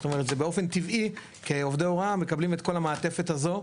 זאת אומרת זה באופן טבעי כעובדי הוראה מקבלים את כל המעטפת הזאת,